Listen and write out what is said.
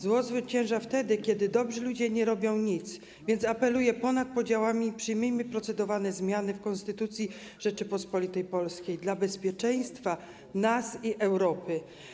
Zło zwycięża wtedy, kiedy dobrzy ludzie nie robią nic, więc apeluję ponad podziałami: przyjmijmy procedowane zmiany w Konstytucji Rzeczypospolitej Polskiej dla bezpieczeństwa nas i Europy.